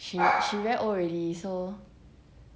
she she very old already so